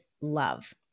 love